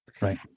right